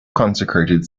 consecrated